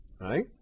right